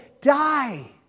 die